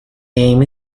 aim